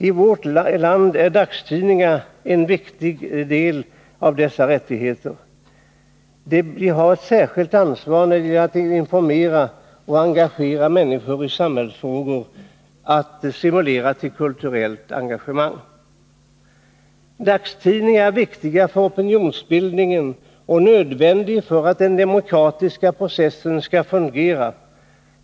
I vårt land är dagstidningarna en viktig bärare av dessa rättigheter. De har ett särskilt ansvar när det gäller att informera och engagera människor i samhällsfrågor, stimulera till kulturellt engagemang osv. Dagstidningar är viktiga för opinionsbildningen och nödvändiga för att den demokratiska processen skall fungera.